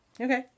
Okay